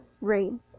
rain